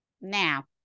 Now